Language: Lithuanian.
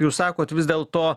jūs sakot vis dėl to